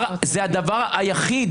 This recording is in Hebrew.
חברת הכנסת טלי גוטליב,